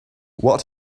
what